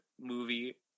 movie